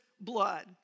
blood